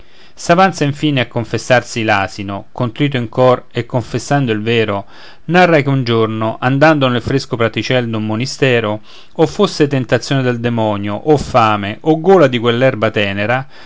s'avanza in fine a confessarsi l'asino contrito in cor e confessando il vero narra che un giorno andando nel fresco praticel d'un monistero o fosse tentazione del demonio o fame o gola di quell'erba tenera